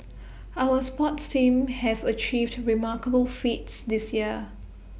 our sports teams have achieved remarkable feats this year